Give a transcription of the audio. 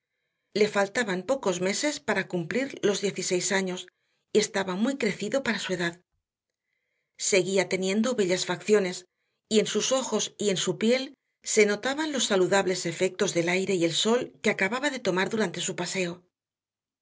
le faltaban pocos meses para cumplir los dieciséis años y estaba muy crecido para su edad seguía teniendo bellas facciones y en sus ojos y en su piel se notaban los saludables efectos del aire y el sol que acababa de tomar durante su paseo